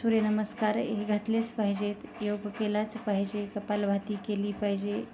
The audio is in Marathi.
सूर्यनमस्कार हे घातलेच पाहिजेत योग केलाच पाहिजे कपालभाती केली पाहिजे